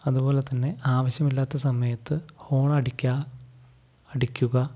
അതുപോലെ തന്നെ ആവശ്യമില്ലാത്ത സമയത്ത് ഹോണടിക്കുക അടിക്കുക